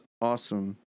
awesome